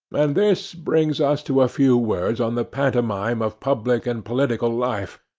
and this brings us to a few words on the pantomime of public and political life,